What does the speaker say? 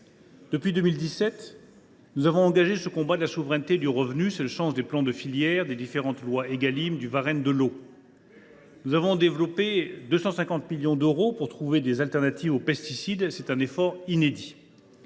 Depuis 2017, nous avons engagé ce combat de la souveraineté et du revenu, au travers des plans de filière, des différentes lois Égalim et du Varenne de l’eau. Nous avons débloqué 250 millions d’euros pour trouver des substituts aux pesticides – il s’agit d’un effort inédit.